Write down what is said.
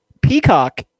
Peacock